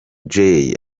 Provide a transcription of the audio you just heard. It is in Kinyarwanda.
jay